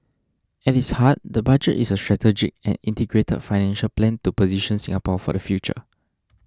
at its heart the budget is a strategic and integrated financial plan to position Singapore for the future